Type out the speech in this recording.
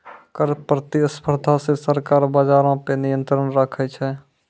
कर प्रतिस्पर्धा से सरकार बजारो पे नियंत्रण राखै छै